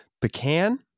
pecan